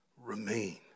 remain